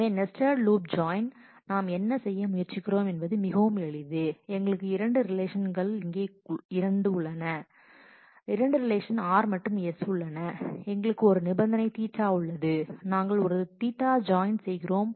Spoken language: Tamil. எனவே நெஸ்ட்டேட் லூப் ஜாயின் நாம் என்ன செய்ய முயற்சிக்கிறோம் என்பது மிகவும் எளிது எங்களுக்கு இரண்டு ரிலேஷன் உள்ளன இங்கே இரண்டு ரிலேஷன் r மற்றும் s உள்ளன எங்களுக்கு ஒரு நிபந்தனை Ɵ உள்ளது நாங்கள் ஒரு Ɵ ஜாயின் செய்கிறோம்